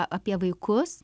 apie vaikus